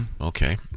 Okay